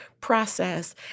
process